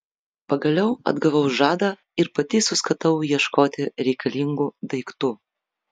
pagaliau atgavau žadą ir pati suskatau ieškoti reikalingų daiktų